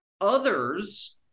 others